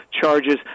charges